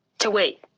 to wait.